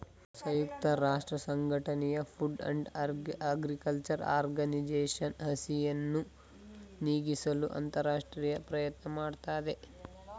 ಸಂಯುಕ್ತ ರಾಷ್ಟ್ರಸಂಘಟನೆಯ Food and Agriculture Organisation ಹಸಿವನ್ನು ನೀಗಿಸಲು ಅಂತರರಾಷ್ಟ್ರೀಯ ಪ್ರಯತ್ನ ಮಾಡ್ತಿದೆ